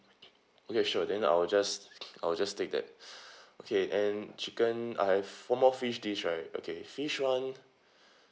okay sure then I'll just I'll just take that okay and chicken I have four more fish dish right okay fish [one]